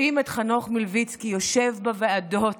וכשרואים את חנוך מלביצקי יושב בוועדות